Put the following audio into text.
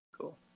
cool